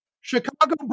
Chicago